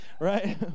right